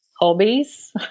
hobbies